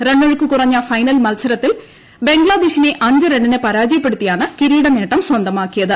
റണ്ണൊഴുക്ക് കുറഞ്ഞ ഫൈനൽ മത്സരത്തിൽ ബംഗ്ലാദേശിനെ അഞ്ച് റണ്ണിന് പരാജയപ്പെടുത്തിയാണ് കിരീട നേട്ടം സ്വന്തമാക്കിയത്